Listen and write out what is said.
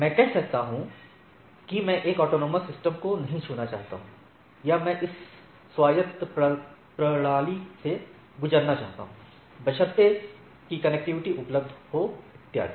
मैं कह सकता हूं कि मैं उस ऑटॉनमस सिस्टम को नहीं छूना चाहता हूं या मैं इस स्वायत्त प्रणाली से गुजरना चाहता हूं बशर्ते कि कनेक्टिविटी उपलब्ध हो इत्यादि